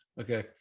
okay